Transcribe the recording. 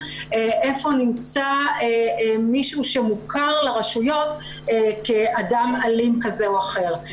איפה נמצא מישהו שמוכר לרשויות כאדם אלים כזה או אחר.